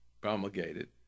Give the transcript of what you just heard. promulgated